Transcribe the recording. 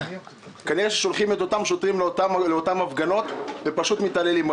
כנראה שולחים את אותם שוטרים אל אותן הפגנות ופשוט מתעללים.